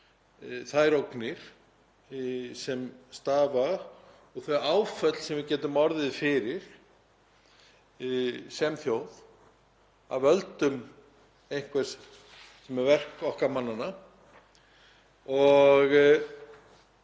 þær ógnir sem að steðja og þau áföll sem við getum orðið fyrir, við sem þjóð, af völdum einhvers sem er verk okkar mannanna.